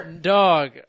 Dog